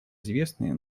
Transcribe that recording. известны